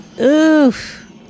Oof